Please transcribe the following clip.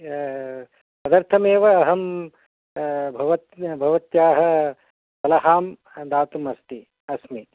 तदर्थमेव अहं भवत्याः सलाहां दातुम् अस्ति अस्मि